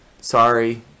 Sorry